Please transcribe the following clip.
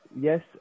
Yes